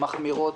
מחמירות,